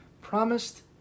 promised